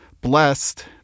blessed